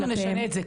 אנחנו נשנה את זה.